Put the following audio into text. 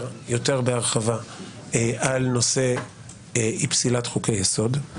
יותר בהרחבה על נושא אי פסילת חוקי יסוד,